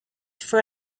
for